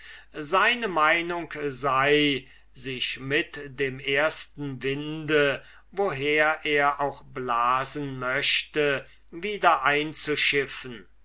seine meinung sei sich mit dem ersten winde woher er auch blasen möchte wieder